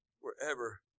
wherever